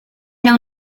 era